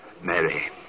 Mary